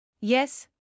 Yes